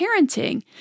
parenting